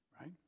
right